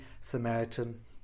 Samaritan